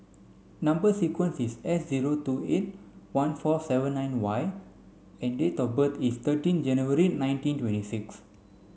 number sequence is S zero two eight one four seven nine Y and date of birth is thirteen January nineteen twenty six